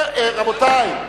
רבותי,